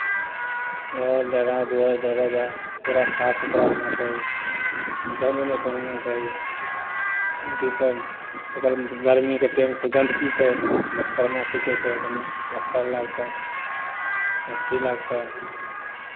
घर डेरा दुआरि दरवाजा पूरा साफ सुथरा रहना चाही गन्ध नहि फैलाना चाही गन्दगीपर एखन गर्मीके टाइम छै गन्दगी छै मच्छर माँछीके छै समय मक्खर लागतह मच्छी लागतह